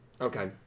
Okay